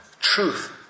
truth